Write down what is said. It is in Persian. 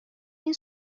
این